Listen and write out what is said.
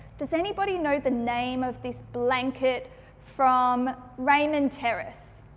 does anybody know the name of this blanket from raymond terrace?